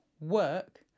work